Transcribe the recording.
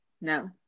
No